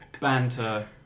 banter